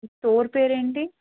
store పేరు ఏంటి